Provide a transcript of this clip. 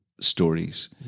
stories